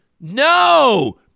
no